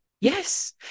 Yes